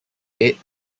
ate